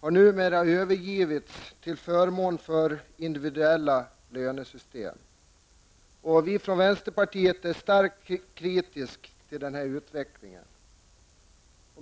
har numera övergivits till förmån för individuella lönesystem. Vänsterpartiet är starkt kritiskt till denna utveckling.